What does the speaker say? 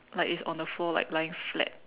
like it's on the floor like lying flat